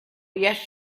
yes